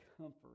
comfort